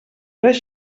les